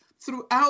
throughout